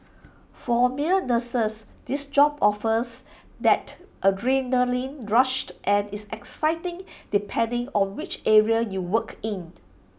for male nurses this job offers that adrenalin rushed and is exciting depending on which area you work in